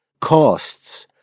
costs